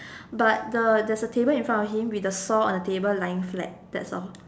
but the there's a table in front of him with the saw on the table lying flat that's all